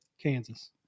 Kansas